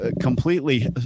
completely